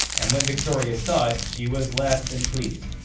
and when victoria saw it, she was less than pleased,